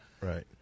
Right